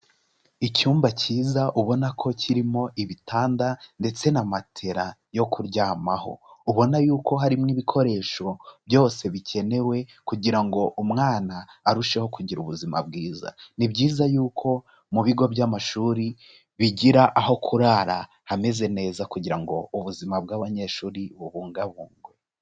Icyumba cyiza ubona ko kirimo ibitanda ndetse na matela yo kuryamaho, ubona y'uko harimo ibikoresho byose bikenewe kugira ngo umwana arusheho kugira ubuzima bwiza, ni byiza y'uko mu bigo by'amashuri bigira aho kurara hameze neza kugira ngo ubuzima bw'abanyeshuri bubungwabungwe.